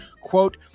quote